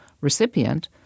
recipient